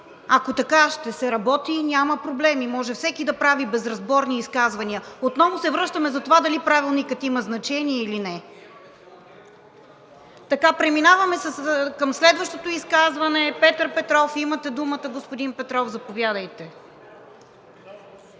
Ако така ще се работи, няма проблеми, може всеки да прави безразборни изказвания. Отново се връщаме за това дали Правилникът има значение или не. Преминаваме към следващото изказване – Петър Петров. Имате думата, господин Петров, заповядайте.